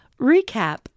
recap